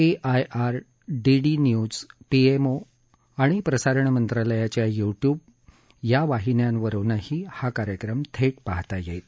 A I R DD news PMO आणि प्रसारण मंत्रालयाच्या यूट्युब या वाहिन्यांवरुनही हा कार्यक्रम थेट पाहता येईल